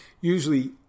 usually